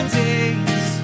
days